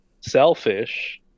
selfish